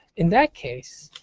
in that case,